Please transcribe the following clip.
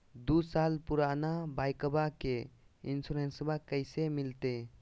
दू साल पुराना बाइकबा के इंसोरेंसबा कैसे मिलते?